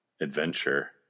adventure